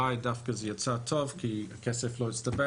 ואולי זה דווקא יצא טוב כי הכסף לא הצטבר